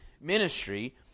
ministry